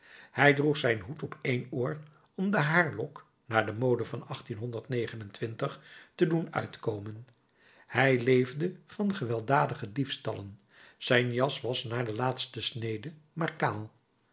hij droeg zijn hoed op één oor om den haarlok naar de mode van te doen uitkomen hij leefde van gewelddadige diefstallen zijn jas was naar de laatste snede maar kaal